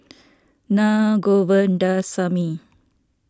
Naa Govindasamy